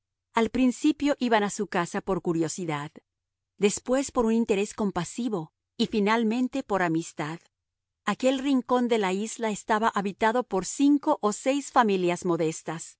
al principio iban a su casa por curiosidad después por un interés compasivo y finalmente por amistad aquel rincón de la isla estaba habitado por cinco o seis familias modestas